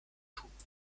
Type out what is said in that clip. tun